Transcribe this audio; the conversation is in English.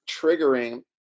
triggering